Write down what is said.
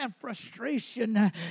frustration